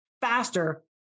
faster